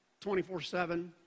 24-7